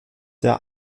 der